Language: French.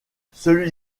celui